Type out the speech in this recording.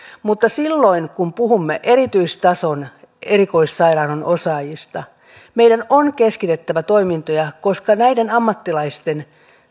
mutta silloin kun puhumme erityistason erikoissairaanhoidon osaajista meidän on keskitettävä toimintoja koska näiden ammattilaisten